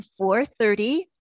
4:30